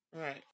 Right